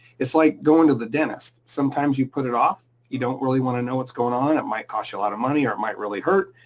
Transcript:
it's like going to the dentist, sometimes you put it off, you don't really wanna know what's going on, it might cost you a lot of money or it might really hurt,